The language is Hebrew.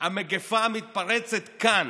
המגפה מתפרצת כאן.